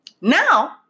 Now